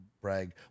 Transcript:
brag